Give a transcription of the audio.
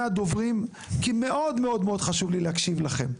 הדוברים כי מאוד מאוד חשוב לי להקשיב לכם.